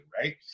right